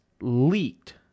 leaked